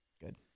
Good